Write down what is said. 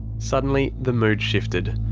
suddenly, the mood shifted.